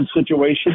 situation